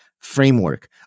framework